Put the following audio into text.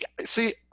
See